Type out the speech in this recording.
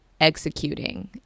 executing